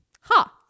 ha